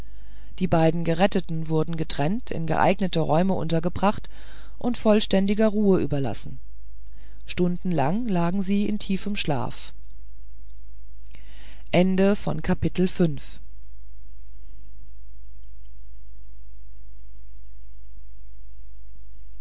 die beiden geretteten wurden getrennt in geeigneten räumen untergebracht und vollständiger ruhe überlassen stundenlang lagen sie in tiefem schlaf